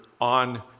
on